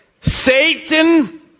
Satan